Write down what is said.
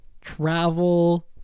travel